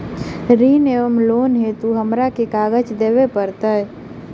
ऋण वा लोन हेतु हमरा केँ कागज देबै पड़त?